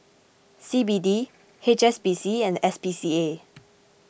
C B D H S B C and S P C A